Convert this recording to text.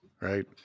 Right